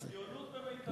ציונות במיטבה.